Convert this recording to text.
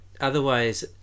otherwise